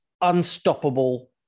unstoppable